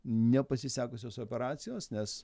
nepasisekusios operacijos nes